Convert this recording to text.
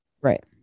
right